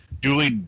duly